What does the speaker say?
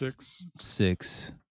Six